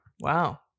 Wow